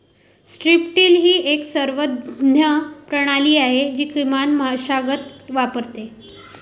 strip till ही एक संवर्धन प्रणाली आहे जी किमान मशागत वापरते